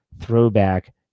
throwback